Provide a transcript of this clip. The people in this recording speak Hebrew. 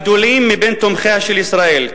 הגדולים מבין תומכיה של ישראל,